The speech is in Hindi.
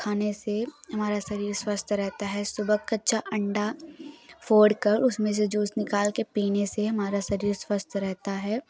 खाने से हमारा शरीर स्वस्थ रहता है सुबह कच्चा अंडा फोड़ कर उसमें से जूस निकाल के पीने से हमारा शरीर स्वस्थ रहता है